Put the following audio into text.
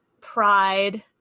pride